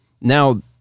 Now